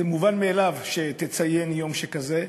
זה מובן מאליו שתציין יום שכזה,